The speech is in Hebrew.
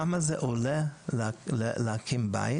כמה זה עולה להקים בית?